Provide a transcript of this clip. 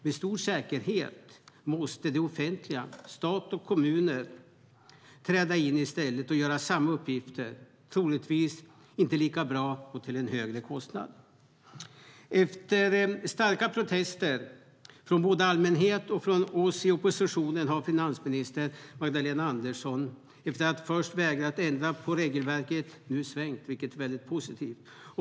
Med stor säkerhet måste det offentliga, stat och kommuner, träda in i stället och göra samma uppgifter, troligtvis inte lika bra och till en högre kostnad. Efter starka protester både från allmänheten och från oss i oppositionen har finansminister Magdalena Andersson, efter att först ha vägrat ändra på regelverket, nu svängt, vilket är positivt.